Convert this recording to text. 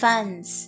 Funds